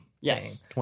Yes